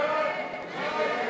סעיף 37,